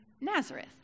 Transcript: nazareth